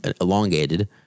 elongated